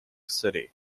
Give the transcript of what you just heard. city